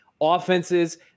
offenses